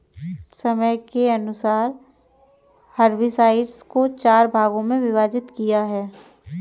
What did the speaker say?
समय के अनुसार हर्बिसाइड्स को चार भागों मे विभाजित किया है